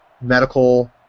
medical